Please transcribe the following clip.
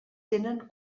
tenen